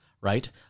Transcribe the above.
right